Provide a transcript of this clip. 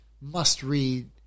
must-read